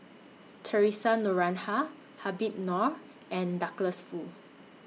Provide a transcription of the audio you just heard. Theresa Noronha Habib Noh and Douglas Foo